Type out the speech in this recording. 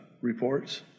reports